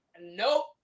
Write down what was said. nope